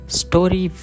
story